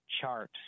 chart